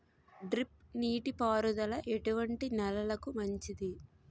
Drip నీటి పారుదల ఎటువంటి నెలలకు మంచిది?